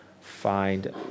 find